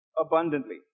abundantly